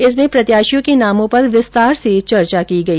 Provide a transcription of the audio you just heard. इसमें प्रत्याशियों के नामों पर विस्तार से चर्चा की गई